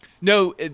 No